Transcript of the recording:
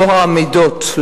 לטוהר המידות,